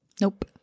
Nope